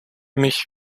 mich